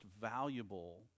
valuable